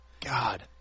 God